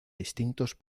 distintos